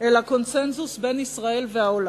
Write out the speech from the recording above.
אלא קונסנזוס בין ישראל לעולם.